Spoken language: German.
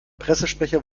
pressesprecher